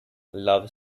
love